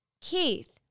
Keith